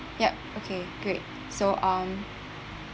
ya okay great so um